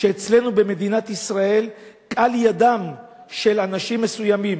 שאצלנו במדינת ישראל קלה ידם של אנשים מסוימים,